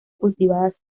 cultivadas